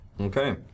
Okay